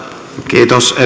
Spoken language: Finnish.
kiitos